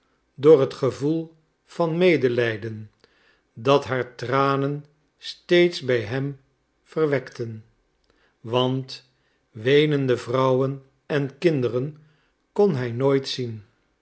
door het gevoel van medelijden dat haar tranen steeds bij hem verwekten want weenende vrouwen en kinderen kon hij nooit zien